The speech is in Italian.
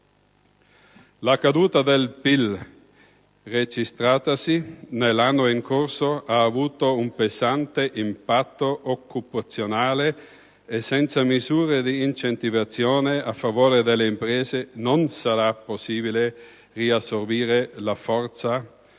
La caduta del PIL registratasi nell'anno in corso ha avuto un pesante impatto occupazionale e senza misure di incentivazione a favore delle imprese non sarà possibile riassorbire la forza lavoro